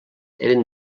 eren